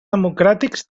democràtics